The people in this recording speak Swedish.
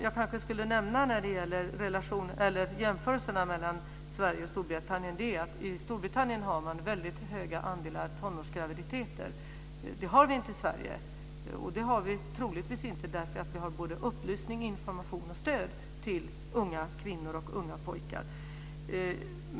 Jag ska nämna en sak när det gäller jämförelserna mellan Sverige och Storbritannien. I Storbritannien är det en hög andel tonårsgraviditeter. Det har vi inte i Sverige. Det har vi troligtvis inte därför att vi har både upplysning, information och stöd till unga kvinnor och unga pojkar.